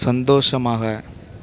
சந்தோஷமாக